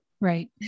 right